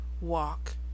walk